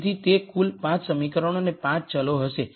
તેથી તે કુલ 5 સમીકરણો અને 5 ચલો હશે